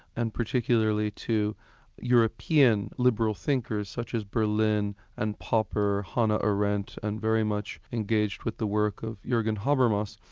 and particularly to european liberal thinkers such as berlin and popper, hannah arendt and very much engaged with the work of jurgen habermas.